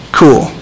cool